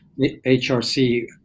HRC